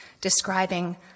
describing